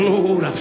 Lord